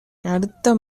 அடுத்த